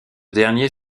dernier